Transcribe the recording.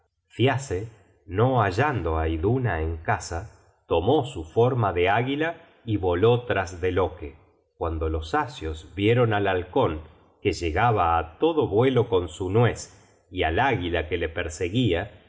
instante thiasse no hallando á iduna en casa tomó su forma de águila y voló tras de loke cuando los asios vieron al halcon que llegaba á todo vuelo con su nuez y al águila que le perseguia